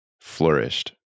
flourished